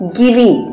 giving